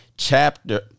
chapter